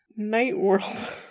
Nightworld